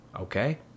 okay